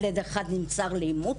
ילד אחד נמסר לאימוץ.